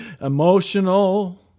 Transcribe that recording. emotional